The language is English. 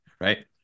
Right